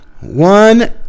one